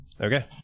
Okay